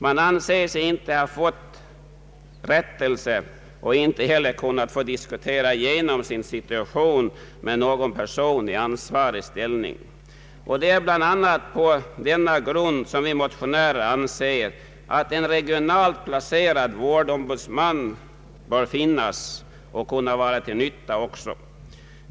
De anser sig inte ha fått rättelse och inte heller kunnat få diskutera igenom sin situation med någon person i ansvarig ställning. Det är bl.a. på den grunden som vi motionärer anser att en regionalt placerad vårdombudsman bör finnas och kunna vara till nytta.